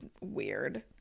weird